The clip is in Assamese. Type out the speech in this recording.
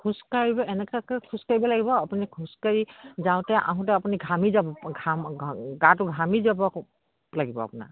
খোজকাঢ়িব এনেকুৱাকে খোজকাঢ়িব লাগিব আপুনি খোজকাঢ়ি যাওঁতে আহোঁতে আপুনি ঘামি যাব ঘাম গাটো ঘামি যাব লাগিব আপোনাৰ